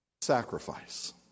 Sacrifice